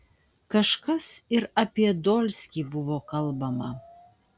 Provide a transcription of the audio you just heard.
kažkas ir apie dolskį buvo kalbama